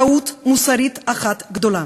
שבעיני הוא טעות מוסרית אחת גדולה.